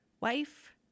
wife